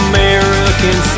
American